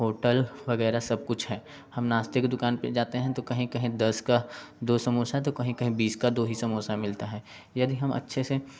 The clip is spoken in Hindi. होटल वगैरह सब कुछ है हम नास्ते की दुकान पे जाते हैं तो कहीं कहीं दस का दो समोसा तो कहीं कहीं बीस का दो ही समोसा मिलता है यदि हम अच्छे से